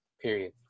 period